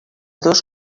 dos